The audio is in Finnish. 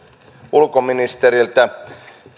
ulkoministeriltä